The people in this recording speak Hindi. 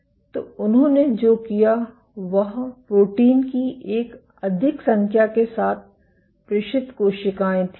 तो उन्होंने जो किया वह प्रोटीन की एक अधिक संख्या के साथ प्रेषित कोशिकाएं थीं